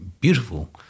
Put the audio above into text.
beautiful